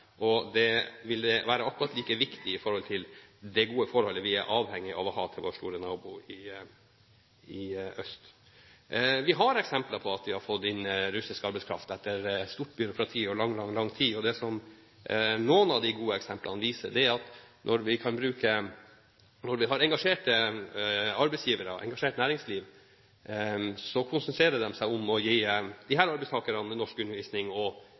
Det vil være akkurat like viktig når det gjelder det gode forholdet vi er avhengig av å ha til vår store nabo i øst. Vi har eksempler på at vi har fått inn russisk arbeidskraft etter mye byråkrati og lang, lang tid. Det som noen av de gode eksemplene viser, er at når vi har engasjerte arbeidsgivere – et engasjert næringsliv – konsentrerer de seg om å gi disse arbeidstakerne norskundervisning og undervisning